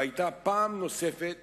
והיתה פעם נוספת